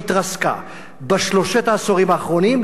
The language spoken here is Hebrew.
שהתרסקה בשלושת העשורים האחרונים,